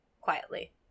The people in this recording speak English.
quietly